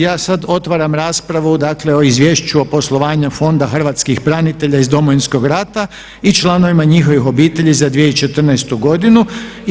Ja sad otvaram raspravu o Izvješću o poslovanju Fonda hrvatskih branitelja iz Domovinskog rata i članova njihovih obitelji za 2014. godinu.